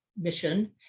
Mission